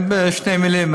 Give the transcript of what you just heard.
כן, בשתי מילים.